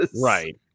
Right